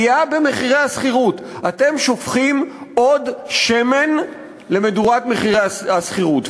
אתם שופכים עוד שמן למדורת מחירי השכירות.